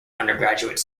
undergraduate